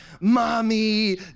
Mommy